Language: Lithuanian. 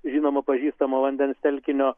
žinomo pažįstamo vandens telkinio